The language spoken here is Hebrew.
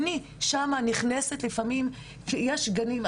אני לפעמים נכנסת לפעמים ויש גנים,